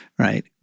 right